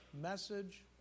message